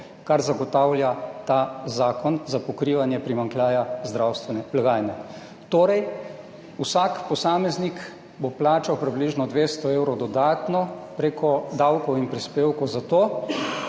kar zagotavlja ta zakon za pokrivanje primanjkljaja zdravstvene blagajne. Torej vsak posameznik bo plačal približno 200 evrov dodatno preko davkov in prispevkov za to,